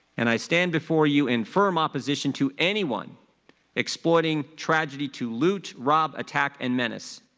and i stand before you in firm opposition to anyone exploiting tragedy to loot, rob, attack and menace.